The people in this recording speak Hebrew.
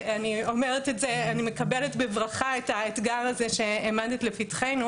אני מקבלת בברכה את האתגר שהעמדת לפתחנו